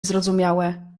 zrozumiałe